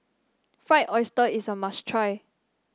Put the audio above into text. Fried Oyster is a must try